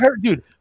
Dude